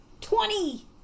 Twenty